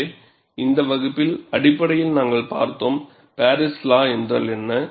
எனவே இந்த வகுப்பில் அடிப்படையில் நாங்கள் பார்த்தோம் பாரிஸ் லா என்றால் என்ன